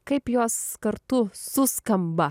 kaip jos kartu suskamba